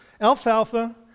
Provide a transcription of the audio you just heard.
alfalfa